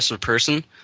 person